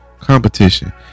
competition